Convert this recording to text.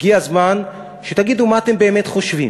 הגיע הזמן שתגידו מה אתם באמת חושבים.